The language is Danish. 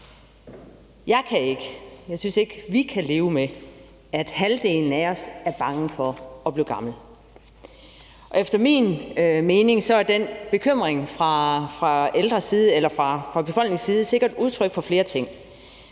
i vores alderdom. Jeg synes ikke, at vi kan leve med, at halvdelen af os er bange for at blive gamle, og efter min mening er den bekymring fra befolkningens side sikkert et udtryk for flere ting.